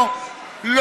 כן.